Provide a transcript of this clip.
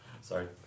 Sorry